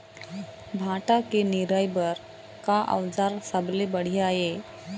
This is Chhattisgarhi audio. भांटा के निराई बर का औजार सबले बढ़िया ये?